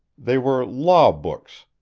they were law-books,